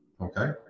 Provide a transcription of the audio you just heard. Okay